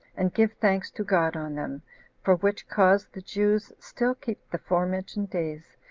and give thanks to god on them for which cause the jews still keep the forementioned days,